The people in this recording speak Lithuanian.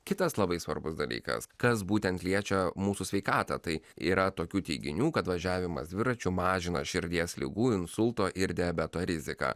kitas labai svarbus dalykas kas būtent liečia mūsų sveikatą tai yra tokių teiginių kad važiavimas dviračiu mažina širdies ligų insulto ir diabeto riziką